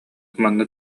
манна